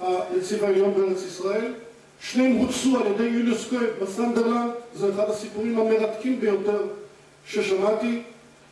הנציב העליון בארץ ישראל, שניהם רוצו על ידי יוליוס קווי בסנדרלנד, זה אחד הסיפורים המרתקים ביותר ששמעתי